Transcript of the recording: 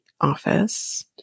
office